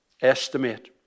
estimate